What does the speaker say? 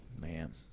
Man